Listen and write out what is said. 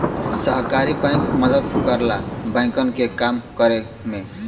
सहकारी बैंक मदद करला बैंकन के काम करे में